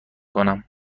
کنم